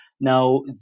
Now